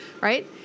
right